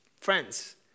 Friends